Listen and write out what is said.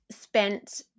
spent